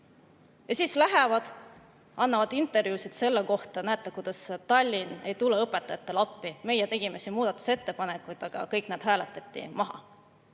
Siis lähevad ja annavad intervjuusid selle kohta, et näete, kuidas Tallinn ei tule õpetajatele appi, meie tegime muudatusettepanekuid, aga kõik need hääletati maha.